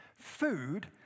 Food